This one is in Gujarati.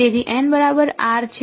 તેથી બરાબર છે